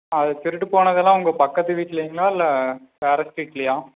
அது திருட்டு போனதுலாம் உங்கள் பக்கத்து வீட்லங்களா இல்லை வேறு ஸ்ட்ரீட்லையா